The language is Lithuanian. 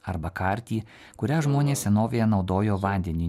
arba kartį kurią žmonės senovėje naudojo vandenį